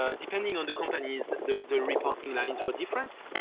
ah depending on the companies, the the reporting lines were different.